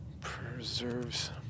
preserves